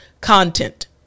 content